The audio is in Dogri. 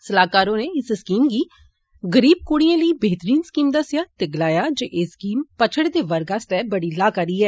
सलाहकार होरें इस स्कीम गी गरीब क्ड़ियें लेई बेहतरीन स्कीम दस्सेया ते गलाया जे ए स्कीम पछड़े दे वर्ग आस्तै बड़ी मती लाहकारी ऐ